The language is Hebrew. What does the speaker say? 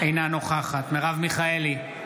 אינה נוכחת מרב מיכאלי,